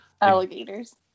Alligators